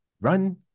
run